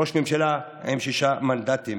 ראש ממשלה עם שישה מנדטים,